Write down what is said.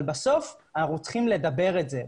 אבל בסוף אנחנו צריכים לדבר את זה.